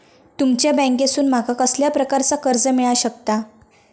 तुमच्या बँकेसून माका कसल्या प्रकारचा कर्ज मिला शकता?